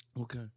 Okay